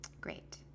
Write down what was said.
great